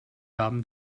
abend